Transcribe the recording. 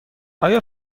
آیا